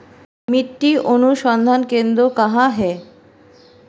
मिट्टी अनुसंधान केंद्र कहाँ है?